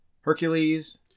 Hercules